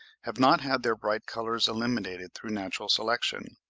have not had their bright colours eliminated through natural selection,